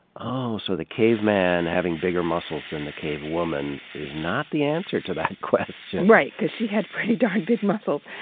oh, so the cave man having bigger muscles than the cave woman is not the answer to that question, right. cuz she had pretty darn big muscles.